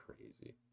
crazy